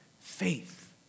faith